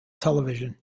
television